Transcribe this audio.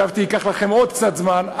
חשבתי שייקח לכם עוד קצת זמן,